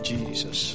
Jesus